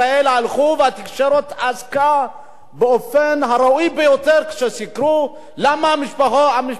והתקשורת עסקה באופן הראוי ביותר כשסיקרו למה המשפחה הזאת יושבת.